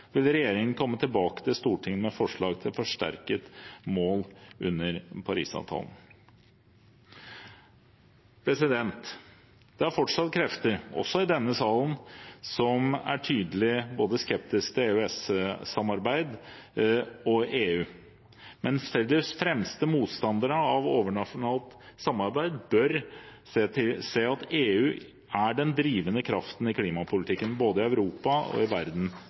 vil regjeringen komme tilbake til Stortinget med forslag til et forsterket mål under Parisavtalen. Det er fortsatt krefter, også i denne salen, som er tydelig skeptisk både til EØS-samarbeid og EU. Men selv de fremste motstanderne av overnasjonalt samarbeid bør se at EU er den drivende kraften i klimapolitikken både i Europa og i verden